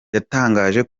yatangaje